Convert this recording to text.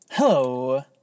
Hello